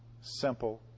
Simple